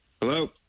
Hello